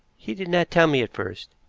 he did not tell me at first.